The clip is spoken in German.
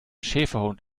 schäferhund